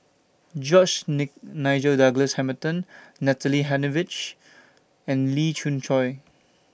George Nigel Douglas Hamilton Natalie Hennedige and Lee Khoon Choy